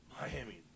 Miami